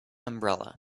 umbrella